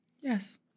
Yes